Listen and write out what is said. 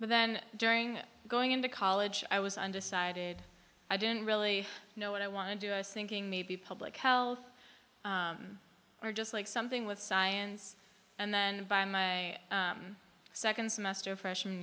but then during going into college i was undecided i didn't really know what i want to do is thinking maybe public health or just like something with science and then by my second semester freshman